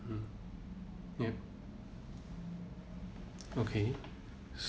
mm ya okay so